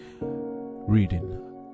Reading